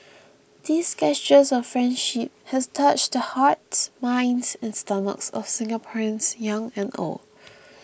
these gestures of friendship has touched the hearts minds and stomachs of Singaporeans young and old